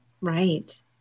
Right